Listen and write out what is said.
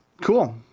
Cool